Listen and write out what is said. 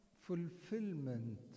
fulfillment